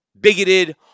bigoted